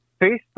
Facebook